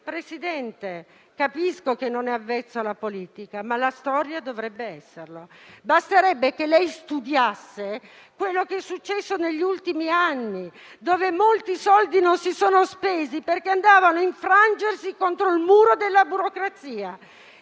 Presidente, capisco che non è avvezzo alla politica, ma alla storia dovrebbe esserlo. Basterebbe che lei studiasse ciò che è successo negli ultimi anni, quando molti soldi non si sono spesi perché andavano a infrangersi contro il muro della burocrazia.